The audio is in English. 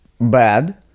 bad